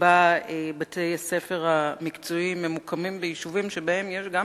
שבה בתי-הספר המקצועיים ממוקמים ביישובים שבהם יש גם